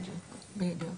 בדיוק.